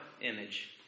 image